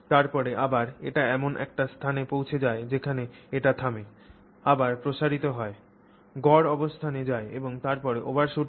তারপরে আবার এটি এমন একটি স্থানে পৌঁছে যায় যেখানে এটি থামে আবার প্রসারিত হয় গড় অবস্থানে যায় এবং তারপরে ওভারশুট করে